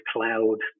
Cloud